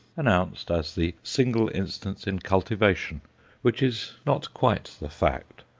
announced as the single instance in cultivation which is not quite the fact,